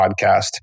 podcast